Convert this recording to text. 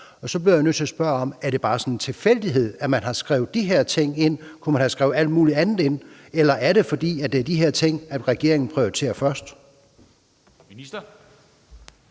Så bliver jeg nødt til at spørge, om det bare er en tilfældighed, at man har skrevet de her ting ind. Kunne man have skrevet alt muligt andet ind, eller er det, fordi regeringen prioriterer de